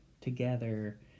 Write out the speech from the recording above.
together